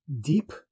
deep